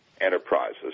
enterprises